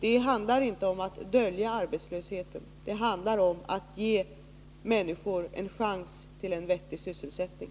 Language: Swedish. Det handlar inte om att dölja arbetslösheten. Det handlar om att ge människor en chans till en vettig sysselsättning.